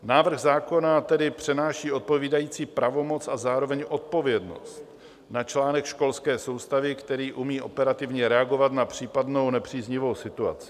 Návrh zákona tedy přenáší odpovídající pravomoc a zároveň odpovědnost na článek školské soustavy, který umí operativně reagovat na případnou nepříznivou situaci.